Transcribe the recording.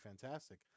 fantastic